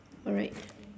alright